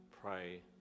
pray